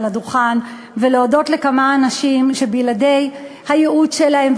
הדוכן ולהודות לכמה אנשים שבלי הייעוץ שלהם,